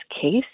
case